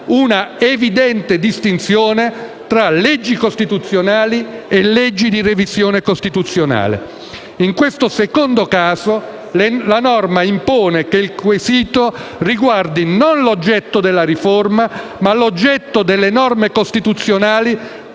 un'evidente distinzione tra leggi costituzionali e leggi di revisione costituzionale. In questo secondo caso, la norma impone che il quesito riguardi non l'oggetto della riforma, ma l'oggetto delle norme costituzionali